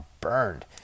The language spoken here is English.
burned